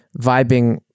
vibing